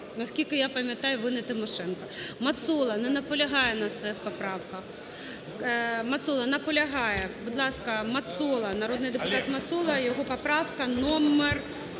наскільки я пам'ятаю, ви не Тимошенко. Мацола. Не наполягає на своїх поправках. Мацола наполягає. Будь ласка, Мацола. Народний депутат Мацола, його поправка номер